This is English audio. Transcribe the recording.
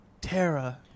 Terra